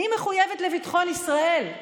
אני מחויבת לביטחון ישראל,